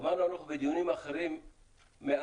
אמרנו שאנחנו בדיונים אחרים מאמצים